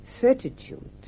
certitude